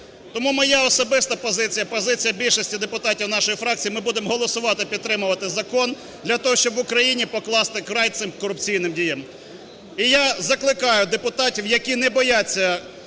Тому моя особиста позиція і позиція більшості депутатів нашої фракції: ми будемо голосувати і підтримувати закон для того, щоб в Україні покласти край цим корупційним діям. І я закликаю депутатів, які не бояться